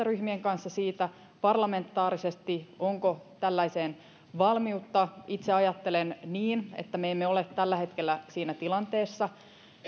ryhmien kanssa parlamentaarisesti siitä onko tällaiseen valmiutta itse ajattelen niin että me emme ole tällä hetkellä siinä tilanteessa